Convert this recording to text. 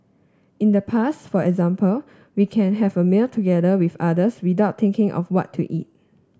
in the past for example we can have a meal together with others without thinking of what to eat